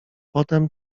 potem